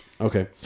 Okay